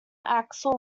axle